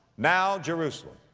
now jerusalem,